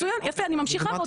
מצוין יפה אני ממשיכה,